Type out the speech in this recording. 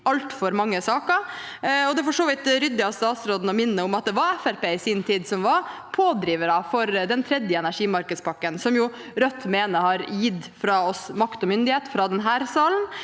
altfor mange saker. Det er for så vidt ryddig av statsråden å minne om at det i sin tid var Fremskrittspartiet som var pådrivere for den tredje energimarkedspakken, som Rødt mener har gitt makt og myndighet fra denne salen